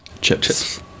chips